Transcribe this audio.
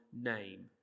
name